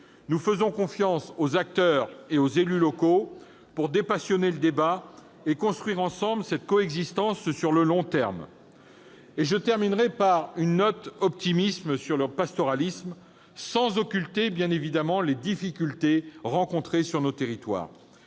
Nous faisons confiance aux acteurs et aux élus locaux pour dépassionner le débat et construire ensemble cette coexistence sur le long terme. Je terminerai mon propos par une note optimiste sur le pastoralisme, sans occulter pour autant les difficultés rencontrées sur nos territoires.